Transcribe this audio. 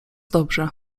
dobrze